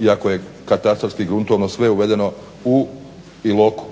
iako je katastarski i gruntovno sve uvedeno u Iloku.